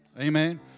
Amen